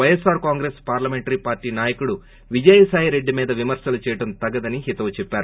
YSR Congress parliamentary party నాయకుడు విజయసాయిరెడ్లి మీద విమర్రలు చేయడం తగదని ఆయన అన్సారు